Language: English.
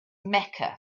mecca